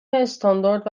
استاندارد